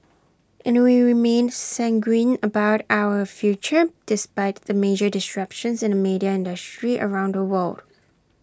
and we remain sanguine about our future despite the major disruptions in the media industry around the world